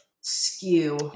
skew